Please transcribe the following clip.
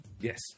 Yes